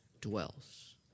dwells